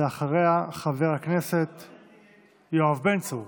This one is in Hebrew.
ואחריה, חבר הכנסת יואב בן צור.